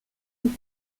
und